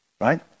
right